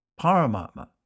Paramatma